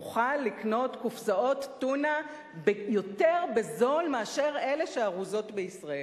נוכל לקנות קופסאות טונה יותר זולות מאשר אלה שארוזות בישראל.